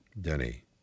Denny